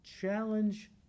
challenge